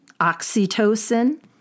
oxytocin